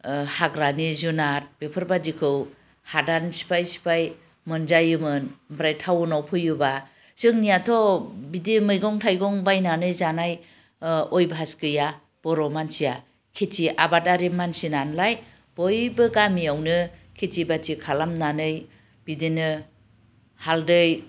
हाग्रानि जुनार बेफोरबादिखौ हादान सिफाय सिफाय मोनजायोमोन ओमफ्राय टाउनआव फैयोबा जोंनियाथ' बिदि मैगं थाइगं बायनानै जानाय अयभास गैया बर' मानसिया खेति आबादारि मानसि नालाय बयबो गामियावनो खेति बाति खालामनानै बिदिनो हाल्दै